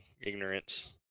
ignorance